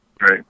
Right